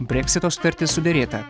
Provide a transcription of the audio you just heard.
breksito sutartis suderėta